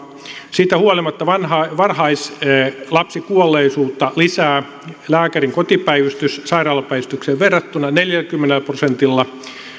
siitä huolimatta varhaislapsikuolleisuutta lisää lääkärin kotipäivystys sairaalapäivystykseen verrattuna neljälläkymmenellä prosentilla